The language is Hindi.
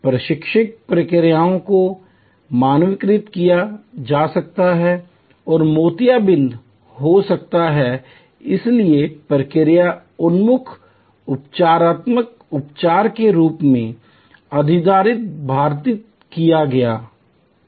प्रशिक्षण प्रक्रियाओं को मानकीकृत किया जा सकता है और मोतियाबिंद हो सकता है इसलिए प्रक्रिया उन्मुख उपचारात्मक उपचार के रूप में अधिभारित किया गया था